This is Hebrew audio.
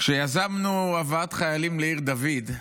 כשיזמנו הבאת חיילים לעיר דוד,